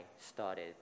started